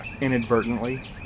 inadvertently